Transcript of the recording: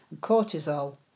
cortisol